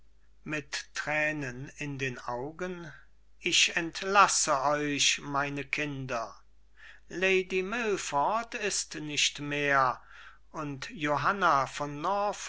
ich entlasse euch meine kinder lady milford ist nicht mehr und johanna von